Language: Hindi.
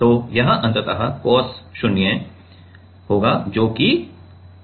तो यह अंततः cos 0 होगा जो कि 1 है